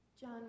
John